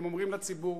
הם אומרים לציבור,